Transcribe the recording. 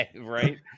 right